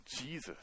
Jesus